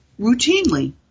routinely